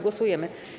Głosujemy.